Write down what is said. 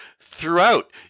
throughout